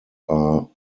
are